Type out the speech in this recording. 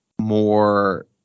more